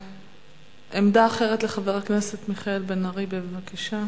עמדה אחרת לחבר הכנסת מיכאל בן-ארי, בבקשה.